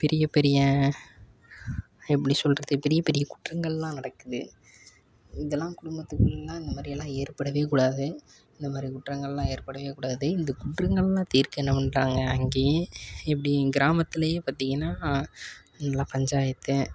பெரிய பெரிய எப்படி சொல்கிறது பெரிய பெரிய குற்றங்கள்லாம் நடக்குது இதெல்லாம் குடும்பத்துக்குள்ளேலாம் இந்த மாதிரில்லாம் ஏற்படவே கூடாது இந்த மாதிரி குற்றங்கள்லாம் ஏற்படவே கூடாது இந்த குற்றங்கள்லாம் தீர்க்க என்ன பண்ணுறாங்க அங்கேயே எப்படி கிராமத்துலேயே பார்த்திங்கன்னா எல்லாம் பஞ்சாயத்து